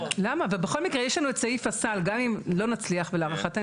שבכל זאת נתחיל בפסקה של בעל דעה מייעצת,